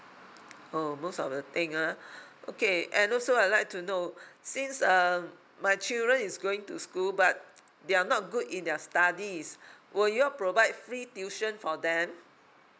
oh most of the thing ah okay and also I'd like to know since um my children is going to school but they are not good in their studies will you all provide free tuition for them